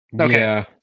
Okay